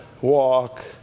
walk